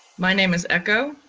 my name is ecco,